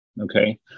Okay